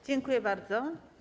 Dziękuję bardzo.